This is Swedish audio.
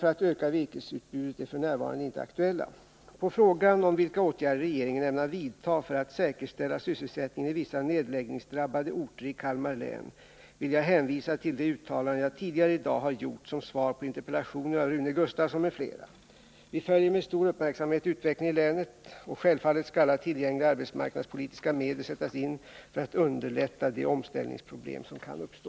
för att öka virkesutbudet är f.n. inte aktuella. På frågan om vilka åtgärder regeringen ämnar vidta för att säkerställa sysselsättningen i vissa nedläggningsdrabbade orter i Kalmar län vill jag hänvisa till de uttalanden jag tidigare i dag har gjort som svar på interpellationer av Rune Gustavsson m.fl. Vi följer med stor uppmärksamhet utvecklingen i länet, och självfallet skall alla tillgängliga arbetsmarknadspolitiska medel sättas in för att underlätta de omställningsproblem som kan uppstå.